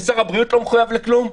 ושר הבריאות לא מחויב לכלום,